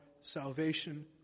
salvation